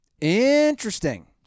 Interesting